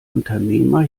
unternehmer